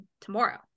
tomorrow